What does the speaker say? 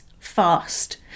fast